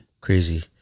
Crazy